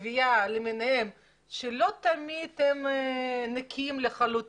אני לא מצליחה להבין ואני נלחמתי על זה כשעוד הייתי חברת מועצה.